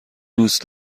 دوست